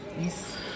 Yes